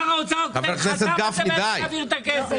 שר האוצר היה צריך להעביר את הכסף.